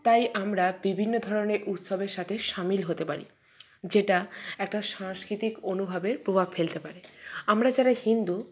তাই আমরা বিভিন্ন ধরনের উৎসবের সাথে শামিল হতে পারি যেটা একটা সাংস্কৃতিক অনুভবের প্রভাব ফেলতে পারে আমরা যারা হিন্দু